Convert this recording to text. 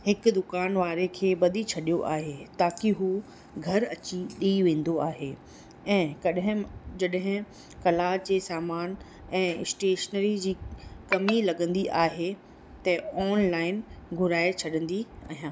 हिकु दुकान वारे खे ॿधी छॾियो आहे ताकी हू घरु अची ॾेई वेंदो आहे ऐं कॾहिं जॾहिं कला जे सामानु ऐं स्टेशनरी जी कमी लॻंदी आहे त ऑनलाइन घुराए छॾींदी अहियां